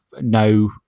no